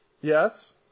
Yes